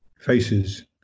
faces